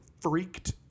freaked